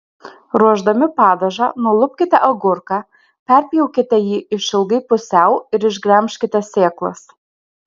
ruošdami padažą nulupkite agurką perpjaukite jį išilgai pusiau ir išgremžkite sėklas